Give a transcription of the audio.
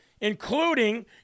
including